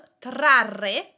TRARRE